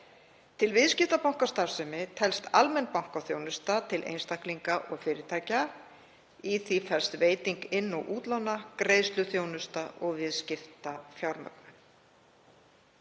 Til viðskiptabankastarfsemi telst almenn bankaþjónusta til einstaklinga og fyrirtækja. Í því felst veiting inn- og útlána, greiðsluþjónusta og viðskiptafjármögnun.